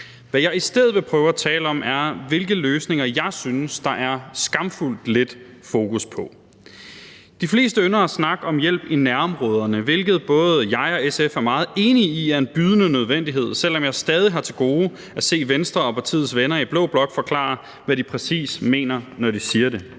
Hvad jeg i stedet vil prøve at tale om, er, hvilke løsninger jeg synes der er skamfuldt lidt fokus på. De fleste ynder at snakke om hjælp i nærområderne, hvilket både jeg og SF er meget enige i er en bydende nødvendighed, selv om jeg stadig har til gode at se Venstre og partiets venner i blå blok forklare, hvad de præcis mener, når de siger det.